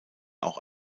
auch